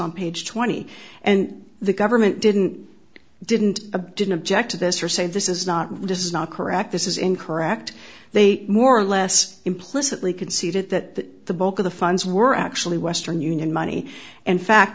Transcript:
on page twenty and the government didn't didn't a didn't object to this or say this is not resist not correct this is incorrect they more or less implicitly conceded that the bulk of the funds were actually western union money and fact